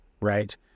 right